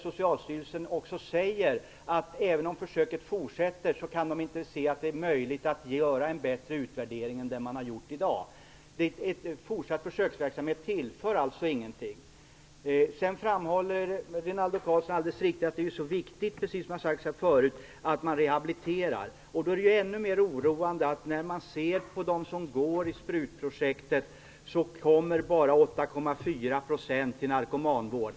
Socialstyrelsen säger ju också att även om försöket fortsätter kan man inte se att det är möjligt att göra en bättre utvärdering än den som man har gjort hittills. En fortsatt försöksverksamhet tillför alltså inte någonting. Sedan framhåller Rinaldo Karlsson alldeles riktigt att det är viktigt med rehabilitering. Då är det ännu mer oroande att av de som ingår i sprutprojektet kommer bara 8,4 % till narkomanvård.